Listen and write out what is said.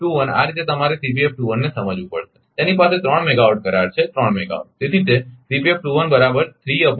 તેથી આ રીતે તમારે ને સમજવું પડશે તેની પાસે 3 મેગાવાટ કરાર છે 3 મેગાવાટ